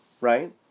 right